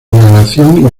inhalación